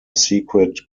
secret